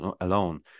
alone